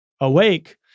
awake